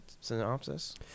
synopsis